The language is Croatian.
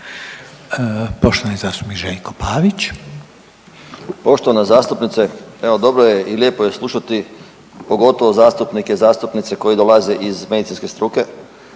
Poštovani zastupnik Željko Pavić.